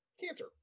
cancer